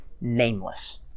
nameless